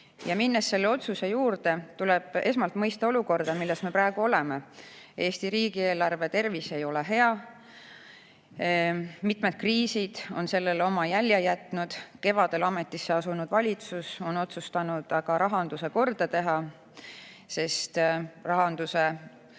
Minnes selle otsuse juurde, tuleb esmalt mõista olukorda, milles me praegu oleme. Eesti riigieelarve tervis ei ole hea. Mitmed kriisid on sellele oma jälje jätnud. Kevadel ametisse asunud valitsus on otsustanud aga rahanduse korda teha, sest rahanduse